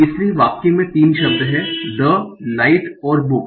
इसलिए वाक्य में तीन शब्द हैं द लाइट और बुक